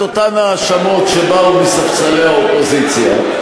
אותן האשמות שבאו מספסלי האופוזיציה,